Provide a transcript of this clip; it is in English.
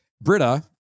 Britta